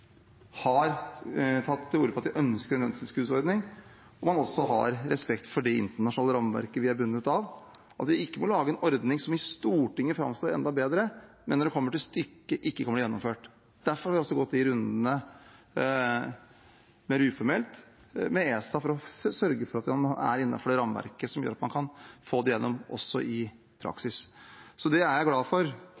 har hatt ordet, har tatt til orde for at de ønsker en lønnstilskuddsordning, hvor man også har respekt for det internasjonale rammeverket vi er bundet av, og at vi ikke må lage en ordning som i Stortinget framstår enda bedre, men når det kommer til stykket, ikke kan bli gjennomført. Derfor har vi også gått de rundene – mer uformelt – med ESA, for å sørge for at man er innenfor det rammeverket som gjør at man kan få det gjennom også i